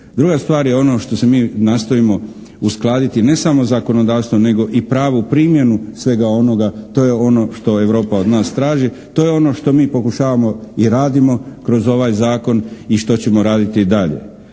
Druga stvar je ono što se mi nastojimo uskladiti ne samo zakonodavstvo nego i pravu primjenu svega onoga, to je ono što Europa od nas traži, to je ono što mi pokušavamo i radimo kroz ovaj zakon i što ćemo raditi i dalje.